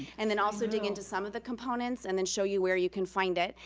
and then also dig into some of the components, and then show you where you can find it,